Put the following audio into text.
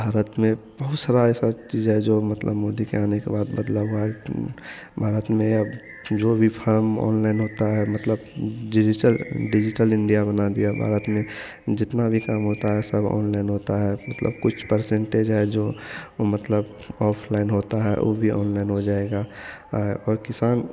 भारत में बहुत सारा ऐसा चीज़ है जो मलतब मोदी के आने के बाद बदला भारत भारत में अब जो भी फॉर्म ऑनलाइन होता है मतलब डिजिटल इण्डिया बना दिया भारत में जितना भी काम होता है सब ऑनलाइन होता है मतलब कुछ परसेन्टेज है जो मतलब ऑफलाइन होता है वह भी ऑनलाइन हो जाएगा और किसान